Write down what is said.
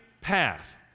path